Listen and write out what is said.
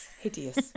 Hideous